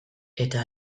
eta